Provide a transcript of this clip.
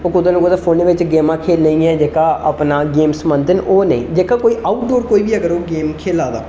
ओह् कुतै ना कुतै फोना बिच गेमां खेलने गी के जेहका अपना गेम्स मनदे ओह् नेईं जेहके कोई आउट डोर कोई बी अगर ओह् गेम खेला दा